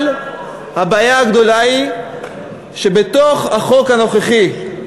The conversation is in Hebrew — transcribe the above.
אבל הבעיה הגדולה היא שבתוך החוק הנוכחי,